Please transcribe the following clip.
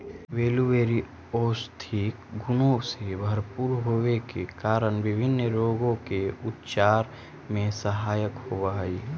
blueberry औषधीय गुणों से भरपूर होवे के कारण विभिन्न रोगों के उपचार में सहायक होव हई